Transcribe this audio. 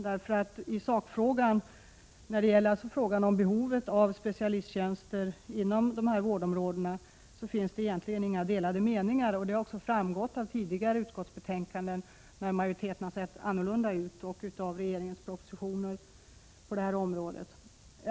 När det gäller sakfrågan, dvs. frågan om behovet av specialisttjänster inom dessa vårdområden, finns det inga delade meningar. Det har också framgått av tidigare utskottsbetänkanden när majoriteten har varit annorlunda sammansatt och av regeringens propositioner på detta område.